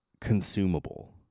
consumable